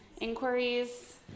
inquiries